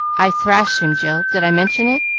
i thrashed him, jill did i mention it?